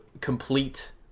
complete